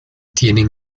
tienen